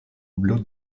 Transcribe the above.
blue